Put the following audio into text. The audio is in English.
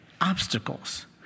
obstacles